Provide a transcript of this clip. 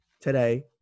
today